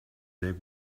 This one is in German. sehr